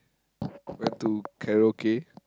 went to karaoke